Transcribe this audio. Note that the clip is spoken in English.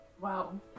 Wow